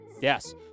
Yes